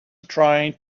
trying